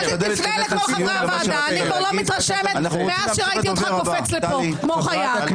אני לא מתרשמת מאז שראיתי אותך קופץ לפה כמו חיה.